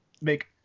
make